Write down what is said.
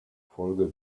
folge